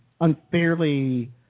unfairly